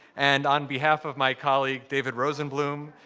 and on behalf of my colleague, david rosenbloom,